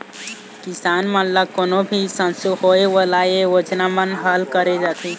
किसान मन ल कोनो भी संसो होए ओला ए योजना म हल करे जाथे